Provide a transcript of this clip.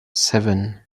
seven